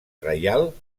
reial